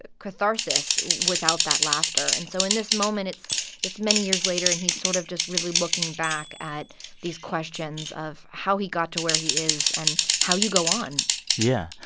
ah catharsis without that laughter. and so, in this moment, it's it's many years later, and he's sort of just really looking back at these questions of how he got to where he is and how you go on yeah.